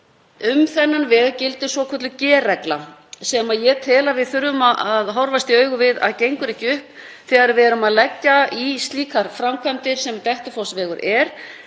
um þennan veg gildir svokölluð G-regla sem ég tel að við þurfum að horfast í augu við að gengur ekki upp þegar við erum að leggja í slíkar framkvæmdir sem Dettifossvegur er.